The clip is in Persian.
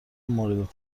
مورد